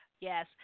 yes